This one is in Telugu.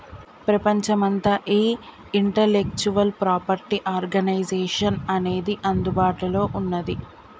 ప్రపంచమంతా ఈ ఇంటలెక్చువల్ ప్రాపర్టీ ఆర్గనైజేషన్ అనేది అందుబాటులో ఉన్నది